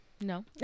No